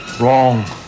Wrong